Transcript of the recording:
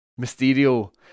mysterio